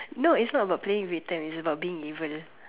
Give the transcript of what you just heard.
no it's not about playing return it's about being evil